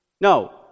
No